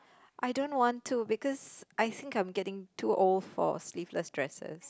I don't want to because I think I'm getting too old for sleeveless dresses